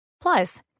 Plus